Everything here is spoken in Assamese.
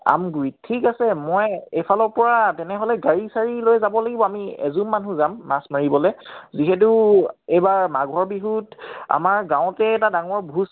আমগুৰিত ঠিক আছে মই এইফালৰ পৰা তেনেহ'লে গাড়ী চাড়ী লৈ যাব লাগিব আমি এজুম মানুহ যাম মাছ মাৰিবলৈ যিহেতু এইবাৰ মাঘৰ বিহুত আমাৰ গাঁৱতে এটা ডাঙৰ ভোজ